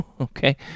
okay